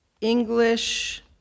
English